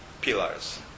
pillars